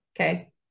Okay